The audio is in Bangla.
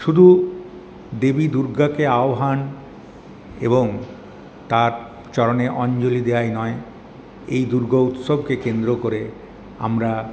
শুধু দেবী দূর্গাকে আহ্বান এবং তাঁর চরণে অঞ্জলি দেওয়াই নয় এই দুর্গোৎসবকে কেন্দ্র করে আমরা